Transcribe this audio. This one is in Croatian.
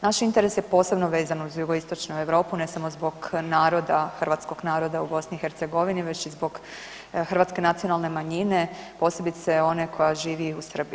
Naš interes je posebno vezan uz jugoistočnu Europu, ne samo zbog naroda, hrvatskog naroda u BiH već i zbog hrvatske nacionalne manjine, posebice one koja živi u Srbiji.